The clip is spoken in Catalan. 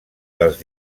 dels